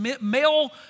male